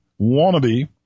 Wannabe